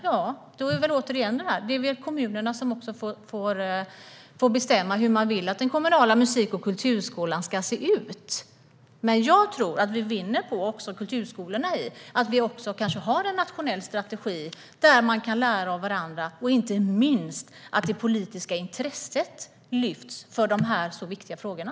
Ja, det är väl kommunerna som får bestämma hur de vill att den kommunala musik och kulturskolan ska se ut. Men jag tror att vi och kulturskolorna vinner på att vi har en nationell strategi där man kan lära av varandra. Inte minst handlar det om att det politiska intresset lyfts för de här viktiga frågorna.